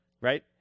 Right